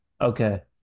Okay